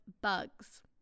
bugs